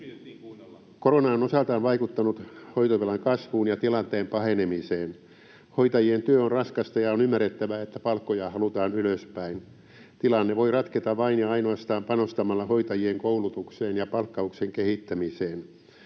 Korona on osaltaan vaikuttanut hoitovelan kasvuun ja tilanteen pahenemiseen. Hoitajien työ on raskasta, ja on ymmärrettävää, että palkkoja halutaan ylöspäin. Tilanne voi ratketa vain ja ainoastaan panostamalla hoitajien koulutukseen ja palkkauksen kehittämiseen.